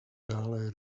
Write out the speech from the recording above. dále